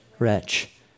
Wretch